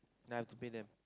then I have to pay them